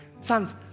Sons